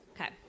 Okay